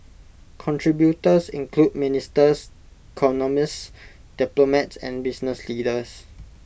contributors include ministers economists diplomats and business leaders